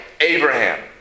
Abraham